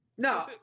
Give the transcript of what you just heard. No